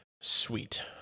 sweet